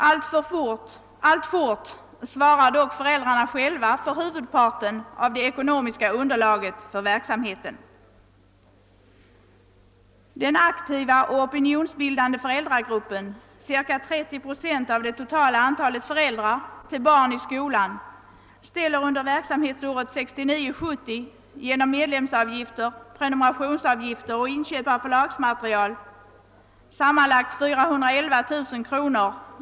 Alltfort svarar dock föräldrarna själva för huvudparten av det ekonomiska underlaget för verksamheten. Den aktiva och opinionsbildande föräldragruppen — cirka 30 procent av det totala antalet föräldrar till barn i skolan — ställer under verksamhetsåret 1969/70 genom medlemsavgifter, prenumerationsavgifter och inköp av förlagsmateriel sammanlagt 411 000 kr.